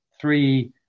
three